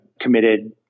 committed